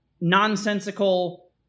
nonsensical